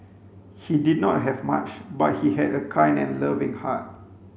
he did not have much but he had a kind and loving heart